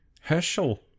Herschel